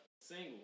single